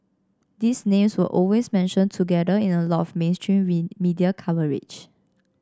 these names were always mentioned together in a lot of mainstream media coverage